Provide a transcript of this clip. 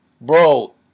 Bro